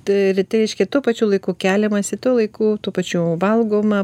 t ryte reiškia tuo pačiu laiku keliamasi tuo laiku tuo pačiu valgoma